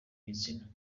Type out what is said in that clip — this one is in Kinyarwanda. gitsina